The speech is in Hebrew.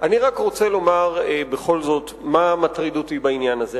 אני רק רוצה לומר בכל זאת מה מטריד אותי בעניין הזה.